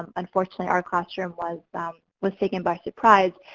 um unfortunately our classroom was was taken by surprise,